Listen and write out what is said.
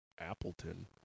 Appleton